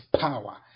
power